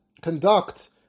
conduct